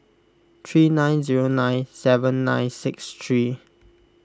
three nine zero nine seven nine six three